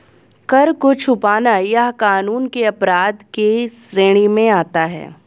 कर को छुपाना यह कानून के अपराध के श्रेणी में आता है